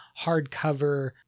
hardcover